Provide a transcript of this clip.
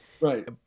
Right